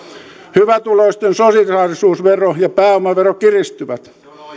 hyvätuloisten solidaarisuusvero ja pääomavero kiristyvät